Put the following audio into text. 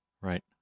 Right